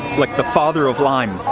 like the father of lime,